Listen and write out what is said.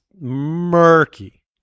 murky